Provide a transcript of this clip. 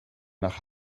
nach